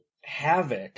havoc